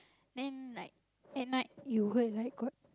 then like at night you heard like got